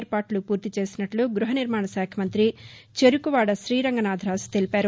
వీర్పాట్లు పూర్తి చేసినట్ల గృహ నిర్మాణ శాఖ మంతి చెరకువాడ శ్రీరంగనాథరాజు తెలిపారు